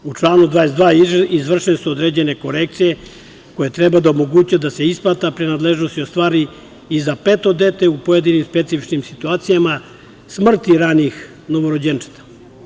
U članu 22. izvršene su određene korekcije koje treba da omoguće da se isplata prinadležnosti ostvari i za peto dete u pojedinim specifičnim situacijama smrti ranijih novorođenčadi.